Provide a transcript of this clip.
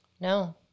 no